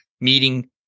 meeting